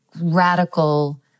radical